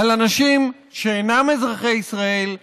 על אנשים שאינם אזרחי ישראל,